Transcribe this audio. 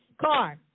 Car